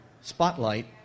Spotlight